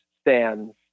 stands